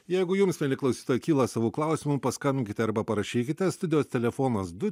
jeigu jums mieli klausytojai kyla savų klausimų paskambinkite arba parašykite studijos telefonas du